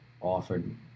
offered